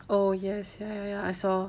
oh yes ya ya ya I saw